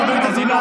חבר הכנסת אזולאי,